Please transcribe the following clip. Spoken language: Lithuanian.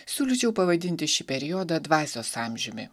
siūlyčiau pavadinti šį periodą dvasios amžiumi